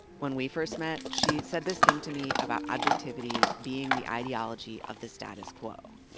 when we first met, she said this thing to me about objectivity being the ideology of the status quo.